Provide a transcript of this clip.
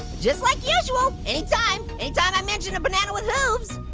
just like usual, any time, any time i mention a banana with ah hooves,